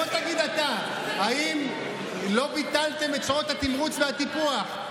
בוא תגיד אתה: האם לא ביטלתם את שעות התמרוץ והטיפוח,